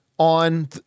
on